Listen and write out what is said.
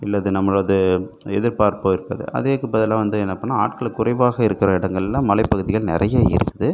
இல்லை அது நம்மளது எதிர்பார்ப்புகது அதேற்கு பதிலாக வந்து என்ன பண்ணணும் ஆட்கள் குறைவாக இருக்கிற இடங்கள்ல மலை பகுதிகள் நிறைய இருக்குது